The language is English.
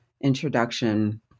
introduction